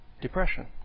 depression